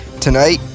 Tonight